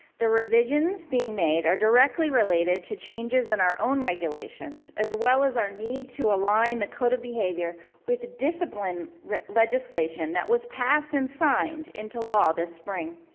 the revisions being made are directly related to changes in our own regulations, as well as our need to align the code of behavior with the discipline legislation that was passed and signed into law this spring.